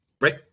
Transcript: Right